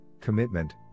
commitment